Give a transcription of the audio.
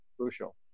crucial